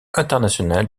international